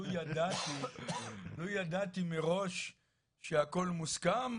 לו ידעתי מראש שהכל מוסכם,